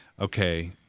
okay